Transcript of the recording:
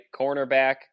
Cornerback